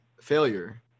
failure